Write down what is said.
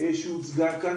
שהוצגה כאן,